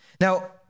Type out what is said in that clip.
Now